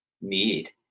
need